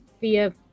via